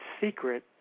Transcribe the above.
secret